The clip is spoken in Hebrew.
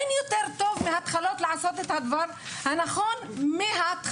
אין יותר טוב מהתחלות לעשות את הדבר הנכון מההתחלה.